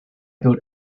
built